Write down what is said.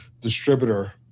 distributor